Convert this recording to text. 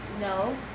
No